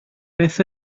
beth